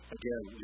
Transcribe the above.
again